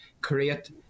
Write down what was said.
create